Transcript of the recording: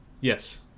Yes